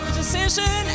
decision